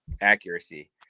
accuracy